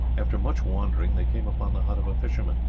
after much wandering they came upon the hut of a fisherman.